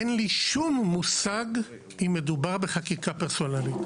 אין לי שום מושג אם מדובר בחקיקה פרסונלית.